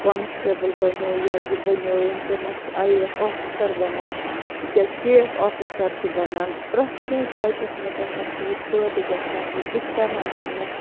constable بَنیٚو یا یہِ بَنیٚو وٕنکیٚنَس آیۍ اے ایٚس آفِسَر بَنان یا کے ایٚس آفِسَر چھِ بَنان پرٮ۪تھ کٲنٛسہِ بَچَس مَنٛز ہَسا چھِ یہِ پٲدٕ گَژھان زِ بہٕ تہِ کَر ہا محنَت